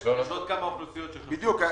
יש עוד כמה אוכלוסיות --- בדיוק.